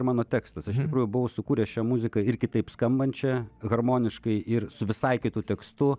mano tekstas aš iš tikrųjų buvau sukūręs šią muziką ir kitaip skambančią harmoniškai ir su visai kitu tekstu